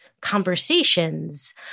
conversations